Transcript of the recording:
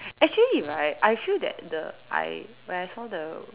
actually right I feel that the I when I saw the